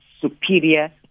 superior